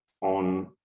on